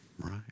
right